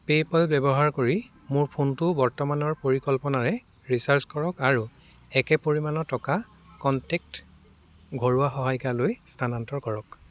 PayPal ব্যৱহাৰ কৰি মোৰ ফোনটো বৰ্তমানৰ পৰিকল্পনাৰে ৰিচাৰ্জ কৰক আৰু একে পৰিমাণৰ টকা কণ্টেক্ট ঘৰুৱা সহায়িকালৈ স্থানান্তৰ কৰক